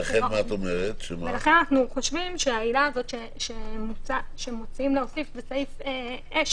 לכן אנחנו חושבים שצריך קצת לחדד את העילה שמציעים להוסיף בסעיף (6),